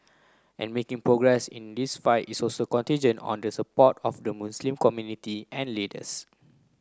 and making progress in this fight is also contingent on the support of the Muslim community and leaders